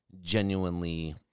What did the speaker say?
genuinely